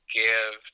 give